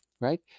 Right